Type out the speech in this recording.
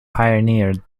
pioneered